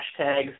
hashtags